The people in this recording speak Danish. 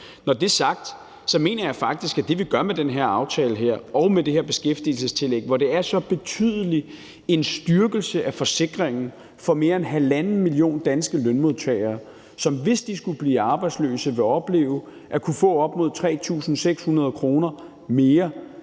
Når det er sagt, mener jeg faktisk, at det, vi gør med den her aftale og med det her beskæftigelsestillæg, hvor det er så betydelig en styrkelse af forsikringen for mere end halvanden million danske lønmodtagere, som, hvis de skulle blive arbejdsløse, vil opleve at kunne få op mod 3.600 kr. mere